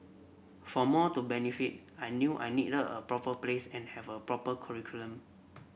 for more to benefit I knew I needed a proper place and have a proper curriculum